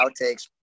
outtakes